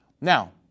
Now